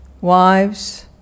wives